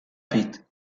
pitre